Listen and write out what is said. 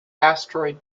asteroid